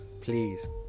Please